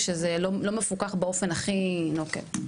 כשזה לא מפוקח באופן הכי נוקב.